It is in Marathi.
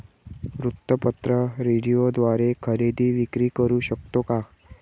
वृत्तपत्र, रेडिओद्वारे खरेदी विक्री करु शकतो का?